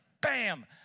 bam